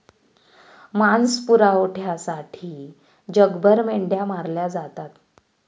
मांस पुरवठ्यासाठी जगभर मेंढ्या मारल्या जातात